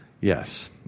Yes